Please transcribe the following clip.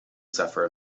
suffer